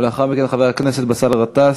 לאחר מכן, באסל גטאס.